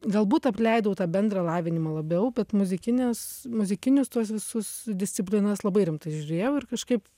galbūt apleidau tą bendrą lavinimą labiau bet muzikinis muzikinius tuos visus disciplinas labai rimtai žiūrėjau ir kažkaip